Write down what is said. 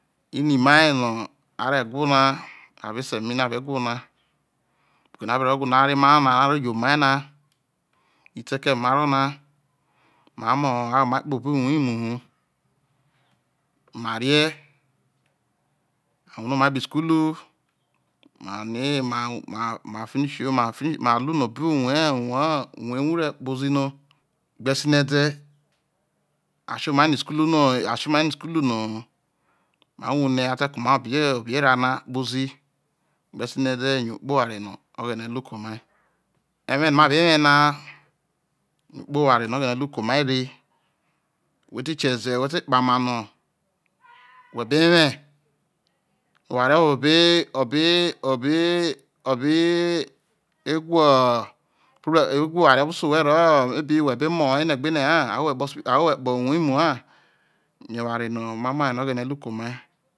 Inimai no a re who na, avo ese mai nu a be wha na okeno a be ro vue omai no ma rro emaha no̱ aro ye omai na tite eke no ma rro na ma moho, a woomai kpobo̱ uwa imu hu, ma rie a wuhre omai kpoho. Isukulu, ma riema wo mawo, ma finish ma no̱ obo ma ru no abo uwoo ewuhre kpozi no gbe sine de, a sio maino isukukuno̱ asi omai no isukulu no ho, ma wuhre a te omai obe erae na kpozi gbe inede yo okporo are no̱ oghene ru ke omai re, whe te kieze, whe te kpama no no whe be we oware ovoo be o be wha oware ovo se owhe woho whe be be mo ha ene gberie ha awo owhe kpolo ospito ha uwor imu haa yo owareno om amo oware no̱ oghene oru ke̱ omai.